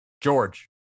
George